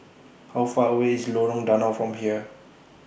How Far away IS Lorong Danau from here